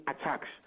attacks